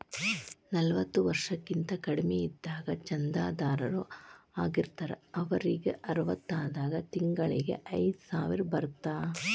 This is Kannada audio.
ನಲವತ್ತ ವರ್ಷಕ್ಕಿಂತ ಕಡಿಮಿ ಇದ್ದಾಗ ಚಂದಾದಾರ್ ಆಗಿರ್ತಾರ ಅವರಿಗ್ ಅರವತ್ತಾದಾಗ ತಿಂಗಳಿಗಿ ಐದ್ಸಾವಿರ ಬರತ್ತಾ